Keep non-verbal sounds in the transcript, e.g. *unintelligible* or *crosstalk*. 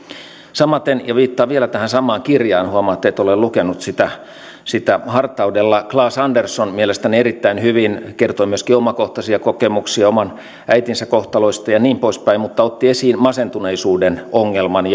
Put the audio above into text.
samaten ja viittaan vielä tähän samaan kirjaan huomaatte että olen lukenut sitä sitä hartaudella claes andersson mielestäni erittäin hyvin kertoi myöskin omakohtaisia kokemuksia oman äitinsä kohtalosta mutta otti esiin masentuneisuuden ongelman *unintelligible*